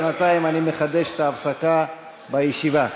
בינתיים אני מחדש את ההפסקה בישיבה.